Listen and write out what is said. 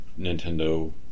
Nintendo